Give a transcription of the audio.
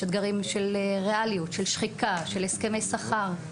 יש אתגרים של ריאליות, של שחיקה, של הסכמי שכר.